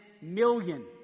million